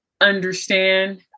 understand